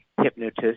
hypnotist